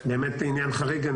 עניין חריג.